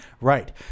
Right